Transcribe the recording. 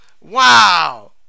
Wow